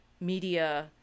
media